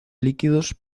líquidos